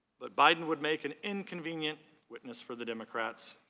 but biden would make an inconvenient witness for the democrats,